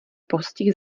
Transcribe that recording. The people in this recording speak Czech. postih